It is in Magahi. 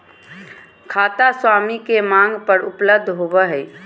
खाता स्वामी के मांग पर उपलब्ध होबो हइ